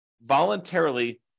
voluntarily